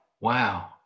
Wow